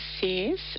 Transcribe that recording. says